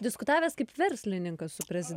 diskutavęs kaip verslininkas su prezide